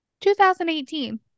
2018